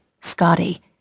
Scotty